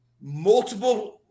multiple